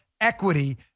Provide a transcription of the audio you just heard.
equity